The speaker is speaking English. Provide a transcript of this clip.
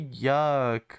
yuck